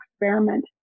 experiment